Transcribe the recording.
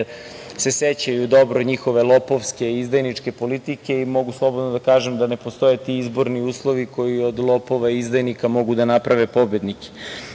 se sećaju dobro njihove lopovske i izdajničke politike i mogu slobodno da kažem da ne postoje ti izborni uslovi koji od lopova izdajnika mogu da naprave pobednike.Za